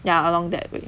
ya along that way